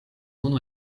unu